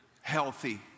healthy